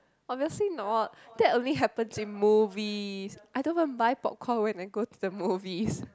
obviously not that only happen in movies I don't even buy popcorn when I go to the movies